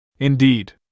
Indeed